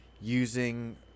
using